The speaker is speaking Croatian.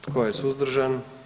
Tko je suzdržan?